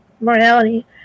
morality